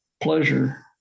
pleasure